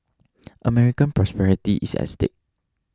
American prosperity is at stake